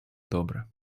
добре